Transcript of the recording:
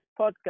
podcast